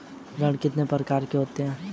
ऋण कितने प्रकार के होते हैं?